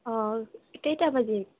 অঁ কেইটা বাজিল